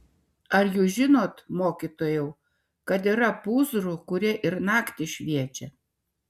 ar jūs žinot mokytojau kad yra pūzrų kurie ir naktį šviečia